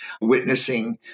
Witnessing